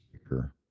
speaker